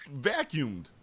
vacuumed